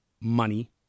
money